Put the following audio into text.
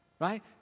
right